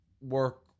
work